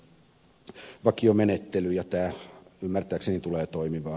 tämä ymmärtääkseni tulee toimimaan oikein hyvin